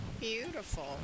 beautiful